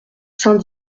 saint